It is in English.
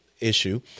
issue